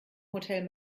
hotel